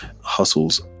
hustles